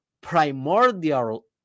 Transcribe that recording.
primordial